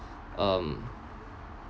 um